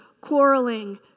quarreling